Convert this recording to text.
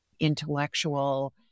intellectual